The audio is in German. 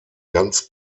ganz